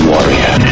Warrior